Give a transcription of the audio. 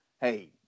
hey